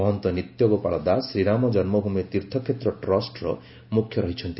ମହନ୍ତ ନିତ୍ୟଗୋପାଳ ଦାସ ଶ୍ରୀରାମ ଜନ୍ମଭୂମି ତୀର୍ଥ କ୍ଷେତ୍ର ଟ୍ରଷ୍ଟର ମୁଖ୍ୟ ରହିଛନ୍ତି